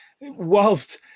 whilst